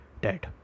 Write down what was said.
dead